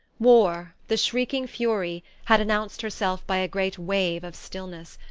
war, the shrieking fury, had announced herself by a great wave of stillness.